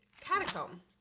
catacomb